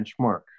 benchmark